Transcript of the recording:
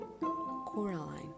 Coraline